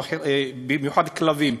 במיוחד כלבים,